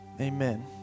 Amen